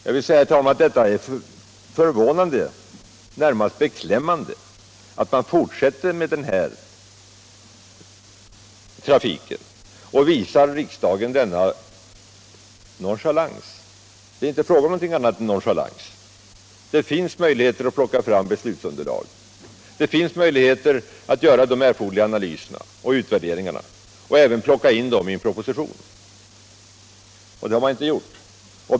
Det är, herr talman, förvånande, ja närmast beklämmande att man fortsätter att visa riksdagen denna nonchalans. Det är inte fråga om något annat än nonchalans. Det finns möjligheter att ta fram beslutsunderlag. Det finns möjligheter att göra de erforderliga analyserna och utvärderingarna och ta med dem i en proposition. Men det har man inte gjort.